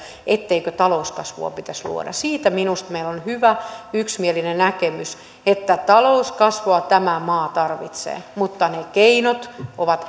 etteikö talouskasvua pitäisi luoda siitä minusta meillä on hyvä yksimielinen näkemys että talouskasvua tämä maa tarvitsee mutta ne keinot ovat